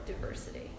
diversity